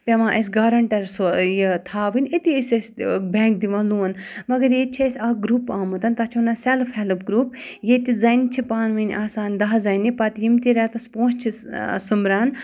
پٮ۪وان اَسہِ گارَنٹَر سو یہِ تھاوٕنۍ اَتی ٲسۍ أسۍ بٮ۪نٛک دِوان لون مگر ییٚتہِ چھِ اَسہِ اَکھ گرُپ آمُتَن تَتھ چھِ وَنان سٮ۪لٕف ہٮ۪لٕپ گرُپ ییٚتہِ زَنہِ چھِ پانہٕ وٕنۍ آسان دَہ زَنہِ پَتہٕ یِم تہِ رٮ۪تَس پونٛسہِ چھِ سوٚمبران